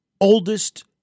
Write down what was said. oldest